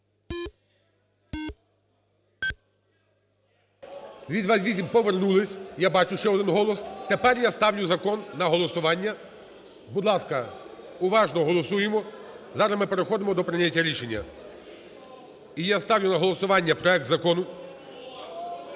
За-228 Повернулись. Я бачу ще один голос. Тепер я ставлю закон на голосування. Будь ласка, уважно голосуємо. Зараз ми переходимо до прийняття рішення. І я ставлю на голосування проект закону…